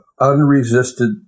unresisted